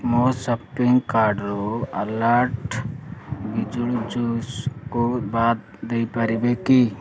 ମୋ ସପିଂ କାର୍ଟ୍ରୁ ଆଲାଟ ପିଜୁଳି ଜୁସ୍କୁ ବାଦ ଦେଇପାରିବେ କି